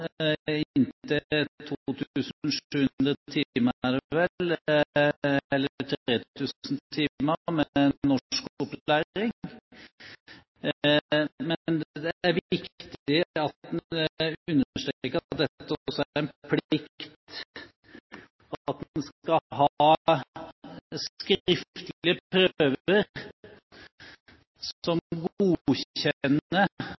inntil 2 700 eller 3 000 timer med norskopplæring. Men det er viktig at en understreker at dette også er en plikt, at en skal ha skriftlige prøver